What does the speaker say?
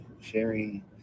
sharing